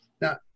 Now